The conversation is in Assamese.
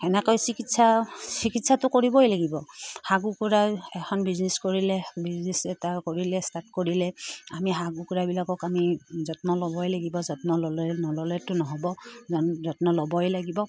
সেনেকৈ চিকিৎসা চিকিৎসাটো কৰিবই লাগিব হাঁহ কুকুৰা এখন বিজনেছ কৰিলে বিজনেচ এটা কৰিলে ষ্টাৰ্ট কৰিলে আমি হাঁহ কুকুৰাবিলাকক আমি যত্ন ল'বই লাগিব যত্ন ল'লে নল'লেতো নহ'ব যত্ন ল'বই লাগিব